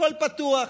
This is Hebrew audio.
הכול פתוח,